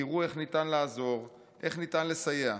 תראו איך ניתן לעזור, איך ניתן לסייע.